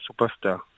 superstar